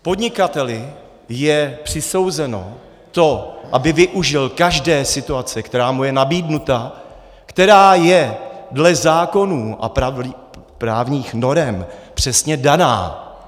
Podnikateli je přisouzeno to, aby využil každé situace, která mu je nabídnuta, která je dle zákonů a právních norem přesně daná.